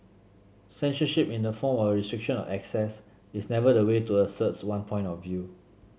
censorship in the form of a restriction of access is never the way to asserts one point of view